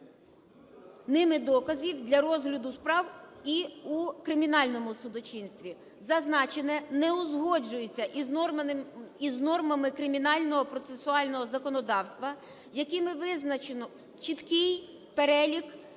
ними доказів для розгляду справ і у кримінальному судочинстві. Зазначене не узгоджується з нормами кримінально-процесуального законодавства, якими визначено чіткий перелік і процедура